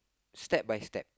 step by step